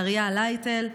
דריה לייטל,